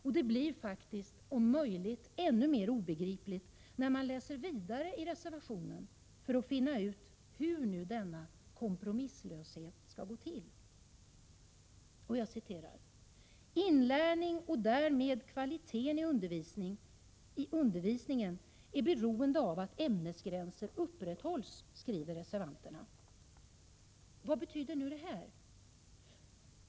Och det hela blir, om möjligt, ännu mer obegripligt när man läser vidare i reservationen för att finna ut hur nu denna kompromisslöshet skall gå till: ”Inlärning och därmed kvaliteten i undervisningen är beroende av att ämnesgränser upprätthålls”, skriver reservanterna. Vad betyder det?